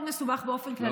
זה מאוד מסובך באופן כללי,